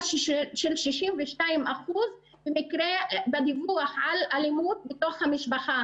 של 62 אחוזים בדיווח על אלימות בתוך המשפחה,